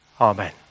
Amen